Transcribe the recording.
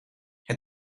het